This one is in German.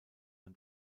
man